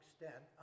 extent